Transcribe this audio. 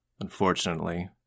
unfortunately